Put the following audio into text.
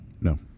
No